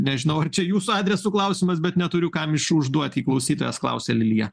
nežinau ar čia jūsų adresu klausimas bet neturiu kam iš užduot jį klausytojas klausia lilija